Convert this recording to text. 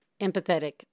empathetic